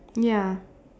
ya